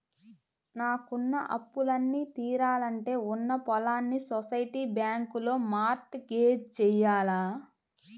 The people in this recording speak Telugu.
నాకున్న అప్పులన్నీ తీరాలంటే ఉన్న పొలాల్ని సొసైటీ బ్యాంకులో మార్ట్ గేజ్ జెయ్యాల